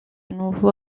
nouveau